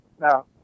Now